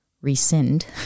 rescind